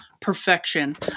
perfection